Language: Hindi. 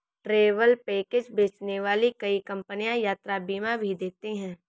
ट्रैवल पैकेज बेचने वाली कई कंपनियां यात्रा बीमा भी देती हैं